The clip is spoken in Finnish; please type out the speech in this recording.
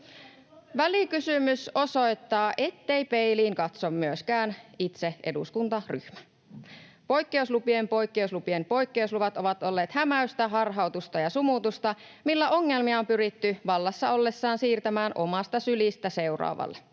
Välikysymys osoittaa, ettei peiliin katso myöskään itse eduskuntaryhmä. Poikkeuslupien poikkeuslupien poikkeusluvat ovat olleet hämäystä, harhautusta ja sumutusta, millä ongelmia on pyritty vallassa ollessaan siirtämään omasta sylistä seuraavalle.